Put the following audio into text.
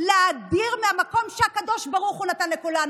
להדיר מהמקום שהקדוש ברוך הוא נתן לכולנו,